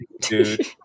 dude